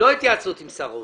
לא התייעצות עם שר האוצר,